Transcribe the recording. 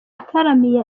yataramiye